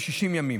ב-60 ימים.